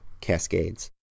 cascades